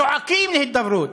זועקים להידברות,